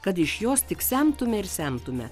kad iš jos tik semtume ir semtume